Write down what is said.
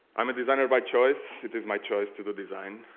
i'm a designer by choice it is my choice to the design